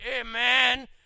Amen